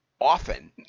often